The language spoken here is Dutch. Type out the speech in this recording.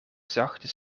zachte